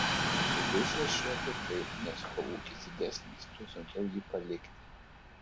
ilgai svarsčiau apie tai nes kuo ūkis didesnis tuo sunkiau jį palikti